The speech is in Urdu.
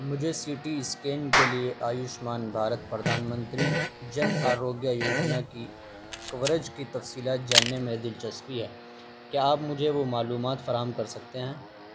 مجھے سی ٹی اسکین کے لیے آیوشمان بھارت پردھان منتری جن آروگیہ یوجنا کی کوریج کی تفصیلات جاننے میں دلچسپی ہے کیا آپ مجھے وہ معلومات فراہم کر سکتے ہیں